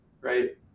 right